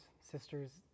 sisters